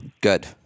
Good